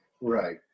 Right